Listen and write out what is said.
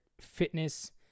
fitness